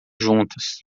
juntas